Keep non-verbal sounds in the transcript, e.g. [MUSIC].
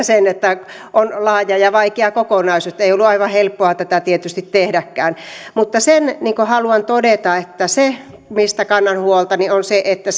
[UNINTELLIGIBLE] sen että tämä on laaja ja vaikea kokonaisuus ettei ollut aivan helppoa tätä tietysti tehdäkään sen haluan todeta että se mistä kannan huolta on se että [UNINTELLIGIBLE]